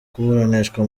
kuburanishwa